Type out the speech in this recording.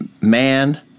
man